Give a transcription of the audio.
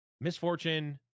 misfortune